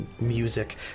music